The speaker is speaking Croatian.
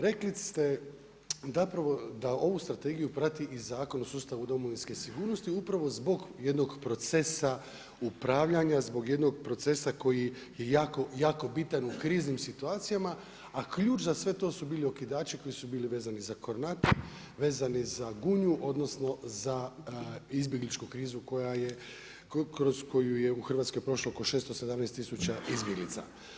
Rekli ste da ovu strategiju prati i Zakon o sustavu domovinske sigurnosti upravo zbog jednog procesa upravljanja, zbog jednog procesa koji je jako bitan u kriznim situacijama, a ključ za sve to su bili okidači koji su bili vezani za Kornate, vezani za Gunju, odnosno, za izbjegličku krizu koja je, kroz koju je u Hrvatskoj prošlo oko 618 tisuća izbjeglica.